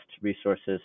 resources